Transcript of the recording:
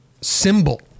symbol